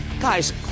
guys